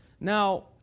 Now